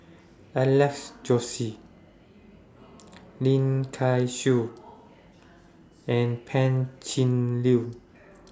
Alex Josey Lim Kay Siu and Pan Cheng Lui